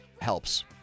helps